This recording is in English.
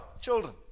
children